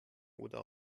oder